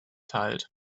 teilt